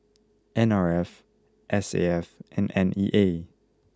N R F S A F and N E A